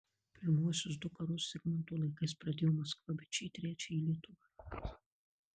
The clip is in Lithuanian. pirmuosius du karus zigmanto laikais pradėjo maskva bet šį trečiąjį lietuva